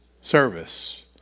service